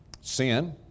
Sin